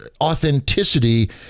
authenticity